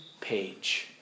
page